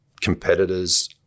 competitors